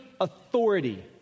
authority